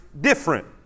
different